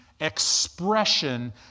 expression